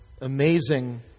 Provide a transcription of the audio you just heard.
amazing